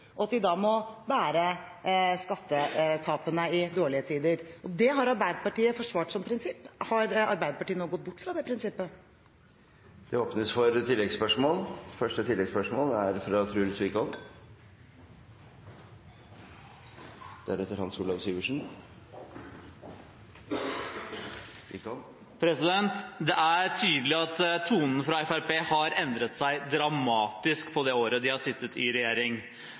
og at de da må bære skattetapene i dårlige tider. Det har Arbeiderpartiet forsvart som prinsipp. Har Arbeiderpartiet nå gått bort fra det prinsippet? Det åpnes for oppfølgingsspørsmål – først Truls Wickholm. Det er tydelig at tonen fra Fremskrittspartiet har endret seg dramatisk på det året de har sittet i regjering.